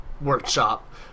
workshop